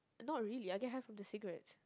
not really I get high from the cigarettes